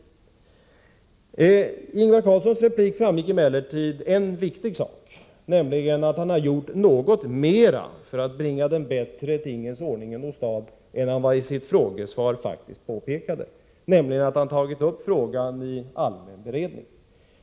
Av Ingvar Carlssons replik framgick emellertid en viktig sak, nämligen att han har gjort något mera för att bringa en bättre tingens ordning åstad än han isitt frågesvar påpekade och tagit upp frågan i allmän beredning.